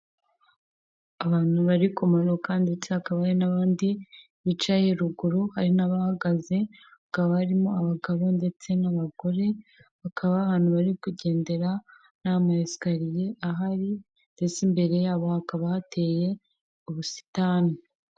Abantu bari kumanuka ndetse hakaba hari n'abandi bicaye ruguru hari n'abahagaze, hakaba barimo abagabo ndetse n'abagore, bakaba ahantu bari kugendera nta ma esikariye ahari ndetse imbere yabo hakaba hateye ubusitani.